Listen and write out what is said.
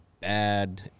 bad